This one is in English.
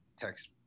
text